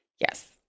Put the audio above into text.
Yes